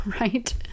right